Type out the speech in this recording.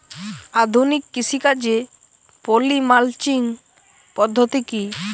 আধুনিক কৃষিকাজে poly mulching পদ্ধতি কি?